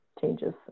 changes